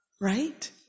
right